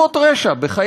והפנייה הזאת,